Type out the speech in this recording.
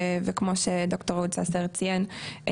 וכמו שד"ר אהוד ססר ציין,